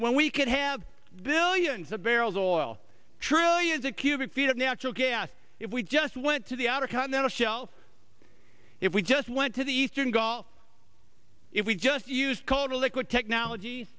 when we could have billions of barrels of oil trillions of cubic feet of natural gas if we just went to the outer continental shelf if we just went to the eastern gulf if we just used coal to liquid technology